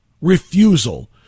refusal